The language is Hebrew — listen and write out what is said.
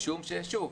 משום ששוב,